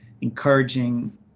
encouraging